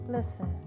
Listen